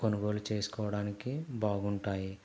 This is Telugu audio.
కొనుగోలు చేసుకోవడానికి బాగుంటాయి